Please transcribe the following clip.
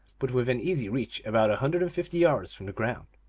but within easy reach, about a hundred and fifty yards from the ground.